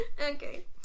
Okay